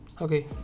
Okay